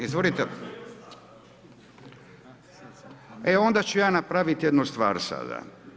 Izvolite. … [[Upadica se ne čuje.]] E onda ću ja napraviti jednu stvar sada.